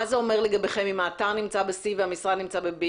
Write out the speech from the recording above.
מה זה אומר לגביכם אם האתר נמצא שטח C והמשרד נמצא בשטח B?